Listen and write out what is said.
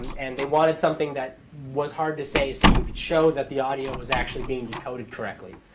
and they wanted something that was hard to say so you could show that the audio was actually being decoded correctly.